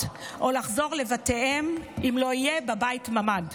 או לחזור לבתיהם אם לא יהיה בבית ממ"ד.